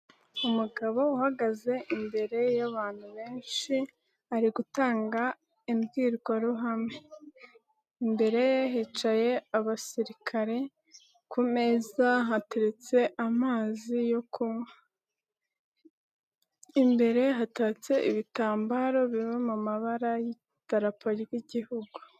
Umugabo uhagaze imbere y'abantu benshi, ari gutanga imbwirwaruhame. Imbere hicaye abasirikare, ku meza hateretse amazi yo kunywa. Imbere hatatse ibitambaro biri mu mabara y'idarapo ry'igihugu.